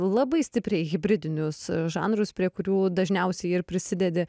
labai stipriai hibridinius žanrus prie kurių dažniausiai ir prisidedi